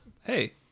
hey